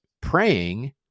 praying